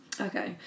Okay